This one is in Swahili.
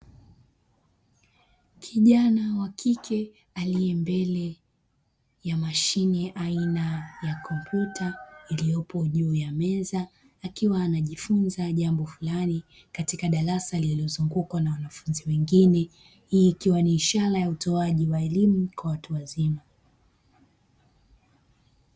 Kijana wa kike alie mbele ya mashine aina ya kompyuta iliyopo juu ya meza akiwa anajifunza jambo fulani katika darasa lililozungukwa na wanafunzi wengine , hii ikiwa ni ishara ya utoaji wa elimu kwa watu wazima.